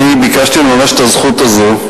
אני ביקשתי לממש את הזכות הזו,